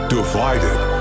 Divided